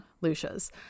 Lucia's